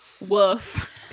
Woof